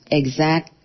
exact